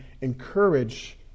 encourage